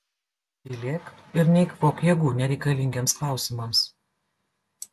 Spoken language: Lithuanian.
tylėk ir neeikvok jėgų nereikalingiems klausimams